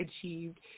achieved